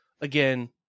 again